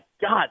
God